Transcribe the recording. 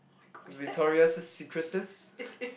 Victoria's secrets